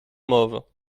mauves